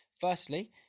Firstly